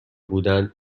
بودن